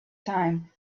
time